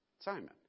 Simon